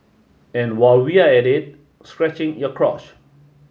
and while we're at it scratching your crotch